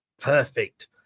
Perfect